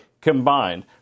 combined